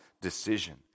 decision